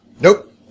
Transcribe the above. Nope